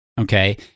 okay